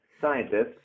scientists